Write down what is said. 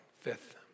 fifth